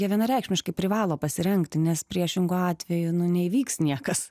jie vienareikšmiškai privalo pasirengti nes priešingu atveju nu neįvyks niekas